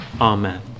Amen